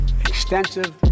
extensive